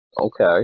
Okay